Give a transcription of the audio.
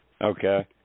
Okay